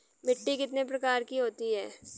मिट्टी कितने प्रकार की होती हैं?